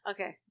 Okay